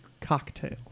cocktail